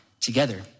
together